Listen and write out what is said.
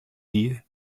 die